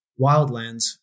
wildlands